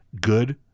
good